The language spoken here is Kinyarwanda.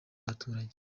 n’abaturage